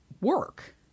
work